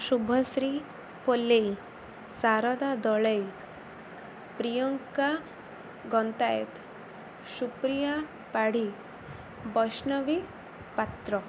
Subhashree Palei Sarada Dalei Priyanka Gantayat Supriya Padhi Baishnabi Patra